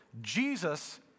Jesus